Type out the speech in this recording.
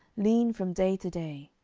lean from day to day?